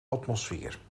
atmosfeer